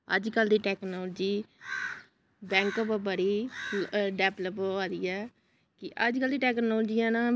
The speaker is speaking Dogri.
अज्जकल दी टैक्नौलिजी बैंक पर बड़ी डवैलप होआ दी ऐ अज्जकल दी टैक्नौलिजियां ना